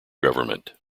government